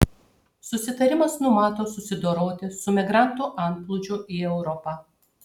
susitarimas numato susidoroti su migrantų antplūdžiu į europą